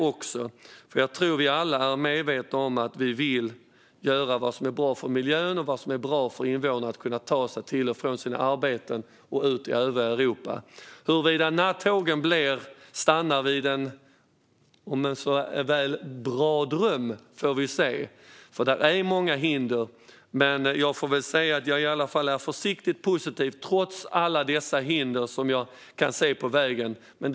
Jag tror att vi alla är medvetna om att vi vill göra vad som är bra för miljön och för att invånarna ska kunna ta sig till och från sina arbeten och ut i övriga Europa. Huruvida nattågen stannar vid en bra dröm får vi väl se. Det är många hinder. Jag är i varje fall försiktigt positiv trots alla dessa hinder jag kan se på vägen.